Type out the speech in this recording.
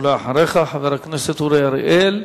אחריך, חבר הכנסת אורי אריאל.